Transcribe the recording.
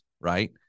right